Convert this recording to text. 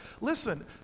listen